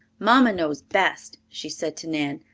mamma knows best, she said to nan.